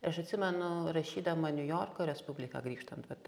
aš atsimenu rašydama niujorko respubliką grįžtant vat